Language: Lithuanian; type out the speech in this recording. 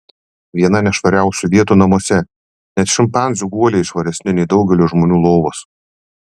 viena nešvariausių vietų namuose net šimpanzių guoliai švaresni nei daugelio žmonių lovos